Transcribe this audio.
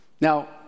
Now